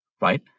right